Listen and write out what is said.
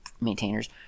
maintainers